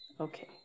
Okay